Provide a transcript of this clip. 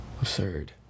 Absurd